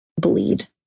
bleed